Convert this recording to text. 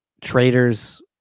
traders